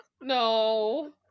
No